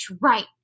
right